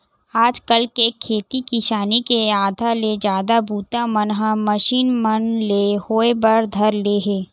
आज कल तो खेती किसानी के आधा ले जादा बूता मन ह मसीन मन ले होय बर धर ले हे